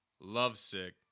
Lovesick